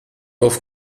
auf